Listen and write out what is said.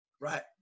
Right